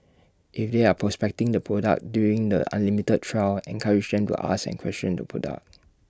if they are prospecting the product during the unlimited trial encourage them to ask and question the product